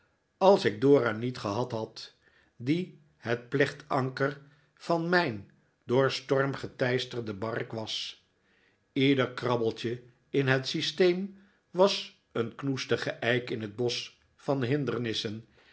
als ik dora niet gehad had die het plechtanker van mijn door storm geteisterde bark was ieder krabbeltje in het systeem was een knoestige eik in het bosch van hindernissen